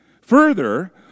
Further